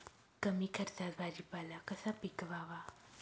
कमी खर्चात भाजीपाला कसा पिकवावा?